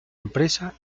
empresa